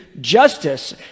justice